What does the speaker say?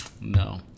No